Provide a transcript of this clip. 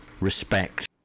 respect